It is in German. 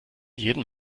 jedem